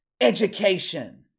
education